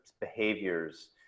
behaviors